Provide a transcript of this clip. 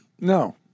No